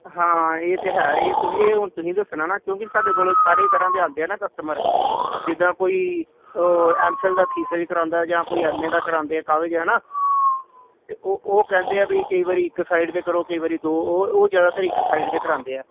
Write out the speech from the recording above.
ਹਾਂ ਇਹ ਤਾਂ ਹੈ ਇਹ ਤੁਸੀਂ ਇਹ ਹੁਣ ਤੁਸੀਂ ਦੱਸਣਾ ਨਾ ਕਿਉਂਕਿ ਸਾਡੇ ਕੋਲ ਸਾਰੇ ਤਰ੍ਹਾਂ ਦੇ ਆਉਂਦੇ ਆ ਨਾ ਕਸਟਮਰ ਜਿੱਦਾਂ ਕੋਈ ਐਮਫਿਲ ਦਾ ਥੀਸਸ ਕਰਵਾਉਂਦਾ ਜਾਂ ਕੋਈ ਐਮ ਏ ਦਾ ਕਰਵਾਉਂਦੇ ਆ ਕਾਗਜ ਹੈ ਨਾ ਅਤੇ ਉਹ ਉਹ ਕਹਿੰਦੇ ਆ ਵੀ ਕਈ ਵਾਰ ਇੱਕ ਸਾਈਡ ਦੇ ਕਰੋ ਕਈ ਵਾਰ ਦੋ ਉਹ ਉਹ ਜ਼ਿਆਦਾਤਰ ਇੱਕ ਸਾਈਡ ਦੇ ਕਰਵਾਉਂਦੇ ਹੈ